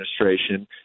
administration